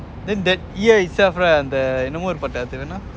then that year itself right the என்னமோ ஒரு பட்ட பேரென்னா antha:ennamo oru patta perenna antha